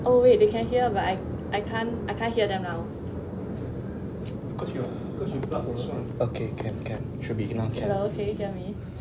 oh wait they can hear but I I can't I can't hear them now hello can you hear me